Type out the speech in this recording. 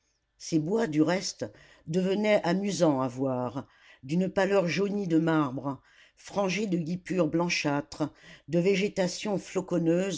ces bois du reste devenaient amusants à voir d'une pâleur jaunie de marbre frangés de guipures blanchâtres de végétations